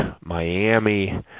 Miami